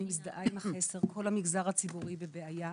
אני מזדהה עם החסר, כל המגזר הציבורי בבעיה.